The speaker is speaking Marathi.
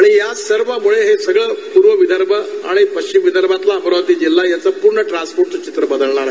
आणि या सर्वामुळे हे सगळं पूर्व विदर्भ आणि पश्चिम विदर्भातील अमरावती जिल्हा यांचं पूर्ण ट्रान्सपोर्टचं चित्र बदलणार आहे